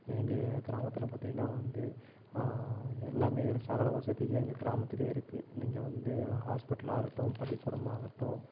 எங்கள் கிராமத்தில் பார்த்திங்கன்னா வந்து எல்லாம் இருக்கு சகல வசதியும் எங்கள் கிராமத்துலேயே இருக்கு நீங்கள் வந்து ஹாஸ்பிட்டலாகட்டும் பள்ளிக்கூடமாகட்டும்